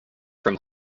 from